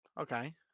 Okay